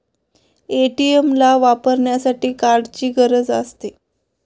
ATM ला वापरण्यासाठी कार्डची गरज असते